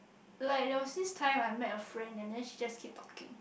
like there was this time I met a friend and then she just keep talking